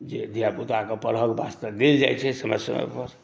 जे धिया पुताके पढ़ऽ के वास्ते देल जाइ छै समय समयपर